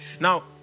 Now